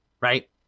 Right